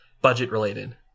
budget-related